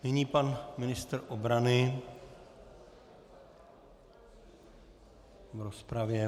Nyní pan ministr obrany v rozpravě.